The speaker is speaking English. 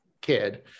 kid